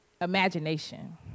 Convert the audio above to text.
imagination